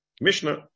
Mishnah